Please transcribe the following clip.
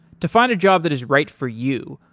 to find a job that is right for you,